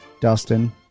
Dustin